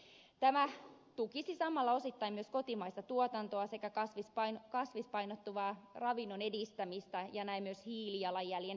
tämä tukisi samalla osittain myös kotimaista tuotantoa sekä kasvispainotteisen ravinnon edistämistä ja näin myös hiilijalanjäljen pienentämistä